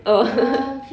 oh